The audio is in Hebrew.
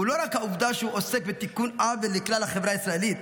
הוא לא רק העובדה שהוא עוסק בתיקון עוול לכלל החברה הישראלית